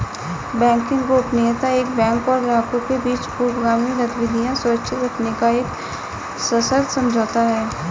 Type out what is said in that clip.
banking गोपनीयता एक bank और ग्राहकों के बीच पूर्वगामी गतिविधियां सुरक्षित रखने का एक सशर्त समझौता है